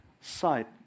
sight